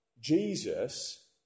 Jesus